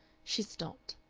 she stopped.